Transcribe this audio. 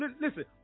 listen